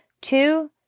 Two